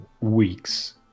weeks